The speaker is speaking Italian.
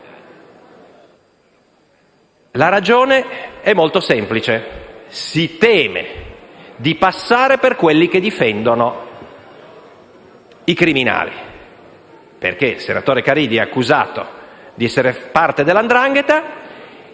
La ragione è molto semplice: si teme di passare per quelli che difendono i criminali, essendo il senatore Caridi accusato di essere parte della 'ndrangheta.